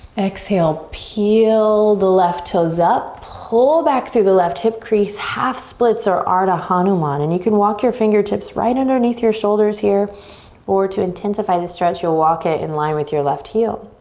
exhale, peel the left toes up, pull back through the left hip, crease half splits or ardha hanuman and you can walk your fingertips right underneath your shoulders here or to intensify the stretch you'll walk it inline with your left heel.